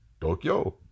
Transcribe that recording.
tokyo